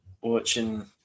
watching